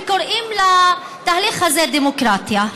וקוראים לתהליך הזה "דמוקרטיה".